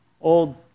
old